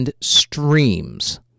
streams